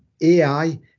AI